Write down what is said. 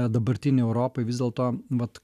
dabartinei europai vis dėlto vat